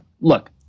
look